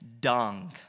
dung